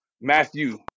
Matthew